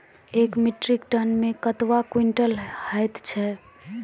एक metric ton मे कतवा क्वींटल हैत छै?